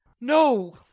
no